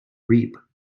reap